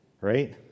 right